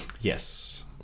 yes